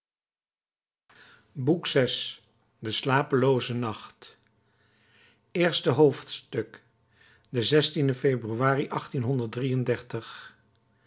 boek vi de slapelooze nacht eerste hoofdstuk de februari